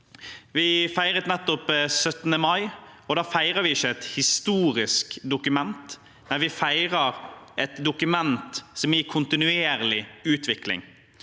Vi feiret nettopp 17. mai, og da feiret vi ikke et historisk dokument, men vi feiret et dokument som er i kontinuerlig utvikling.